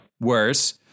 Worse